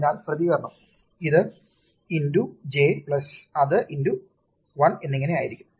അതിനാൽ പ്രതികരണം ഇത് × j അത് × 1 എന്നിങ്ങിനെ ആയിരിക്കും